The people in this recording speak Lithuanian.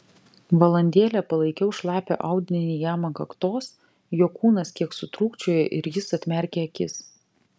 valandėlę palaikiau šlapią audinį jam ant kaktos jo kūnas kiek sutrūkčiojo ir jis atmerkė akis